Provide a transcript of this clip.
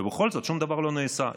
ובכל זאת שום דבר לא נעשה.